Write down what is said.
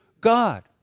God